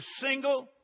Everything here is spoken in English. single